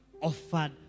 offered